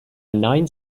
nine